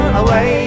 away